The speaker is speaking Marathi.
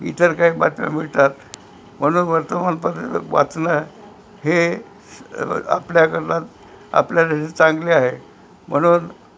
इतर काही बातम्या मिळतात म्हणून वर्तमान पत्र वाचणं हे आपल्याकरता आपल्या साठी चांगले आहे म्हणून